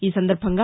ఈ సందర్భంగా